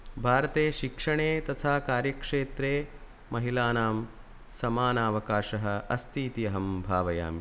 भारते शिक्षणे तथा कार्यक्षेत्रे महिलानां समान अवकाशः अस्ति इति अहं भावयामि